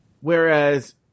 Whereas